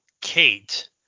Kate